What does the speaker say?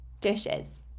dishes